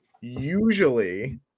usually